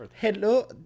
hello